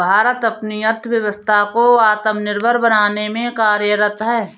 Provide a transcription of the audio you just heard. भारत अपनी अर्थव्यवस्था को आत्मनिर्भर बनाने में कार्यरत है